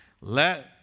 Let